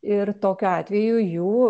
ir tokiu atveju jų